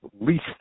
least